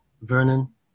Vernon